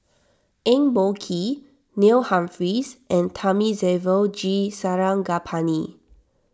Eng Boh Kee Neil Humphreys and Thamizhavel G Sarangapani